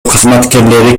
кызматкерлери